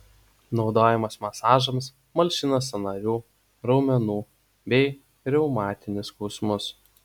naudojamas masažams malšina sąnarių raumenų bei reumatinius skausmus